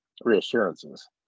reassurances